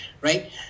right